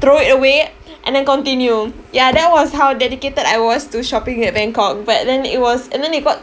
throw it away and then continue ya that was how dedicated I was to shopping at Bangkok but then it was and then it got